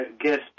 guest